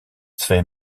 twee